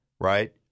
right